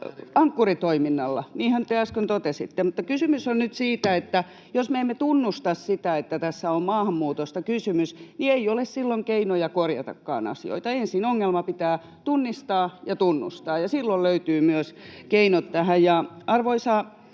Ankkuri-toiminnalla. Niinhän te äsken totesitte. Kysymys on nyt siitä, että jos me emme tunnusta sitä, että tässä on maahanmuutosta kysymys, ei ole silloin keinoja korjatakaan asioita. Ensin ongelma pitää tunnistaa ja tunnustaa, ja silloin löytyvät myös keinot tähän.